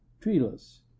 Treeless